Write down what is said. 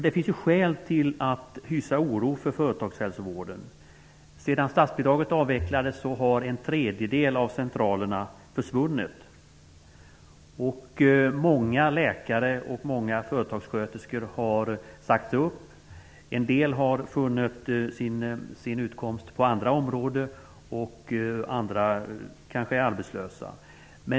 Det finns skäl att hysa oro för företagshälsovården. Sedan statsbidraget avvecklades har en tredjedel av centralerna försvunnit. Många läkare och många företagssköterskor har sagts upp. En del har funnit sin utkomst på andra områden. Andra kanske är arbetslösa.